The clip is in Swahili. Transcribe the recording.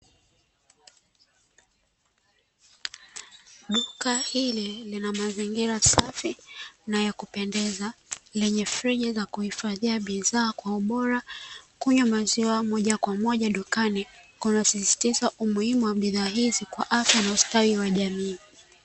Duka hili lina mazingira safi na ya kupendeza. Lenye friji za kuhifadhia bidhaa kwa ubora. Kunywa maziwa moja kwa moja dukani, kunasisitiza umuhimu wa bidhaa hizi kwa afya na ustawi wa jamii.